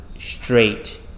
straight